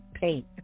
paint